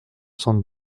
cent